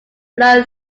flow